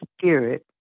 spirit